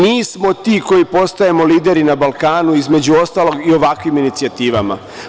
Mi smo ti koji postajemo lideri na Balkanu, između ostalog i ovakvim inicijativama.